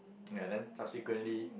ya then subsequently